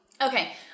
Okay